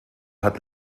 hat